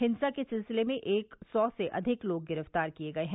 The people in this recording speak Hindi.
हिंसा के सिलसिले में एक सौ से अधिक लोग गिरफ्तार किये गए हैं